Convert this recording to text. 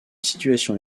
situation